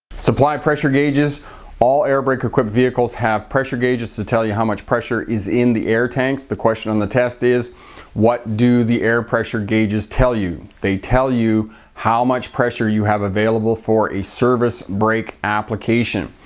supply pressure gauges all air brake equipped vehicles have pressure gauges to tell you how much pressure is in the air tanks. the question on the test is what do the air pressure gauges tell you? they tell you how much pressure you have available for a service brake application.